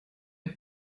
est